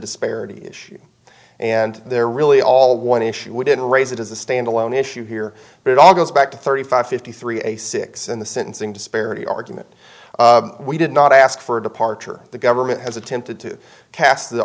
disparity issue and they're really all one issue we didn't raise it as a standalone issue here but it all goes back to thirty five fifty three a six in the sentencing disparity argument we did not ask for a departure the government has attempted to cast